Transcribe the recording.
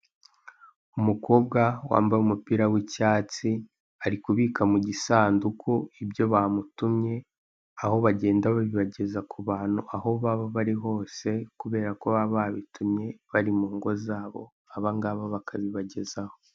Umukobwa wambaye umupira w'icyatsi ari kubika mu gisanduku ibyo bamutunye, aho bagenda babigeza ku bantu ahombaba bari hose, kubera ko baba babitumye bari mungo zabo aba ngaba bakabibagezaho.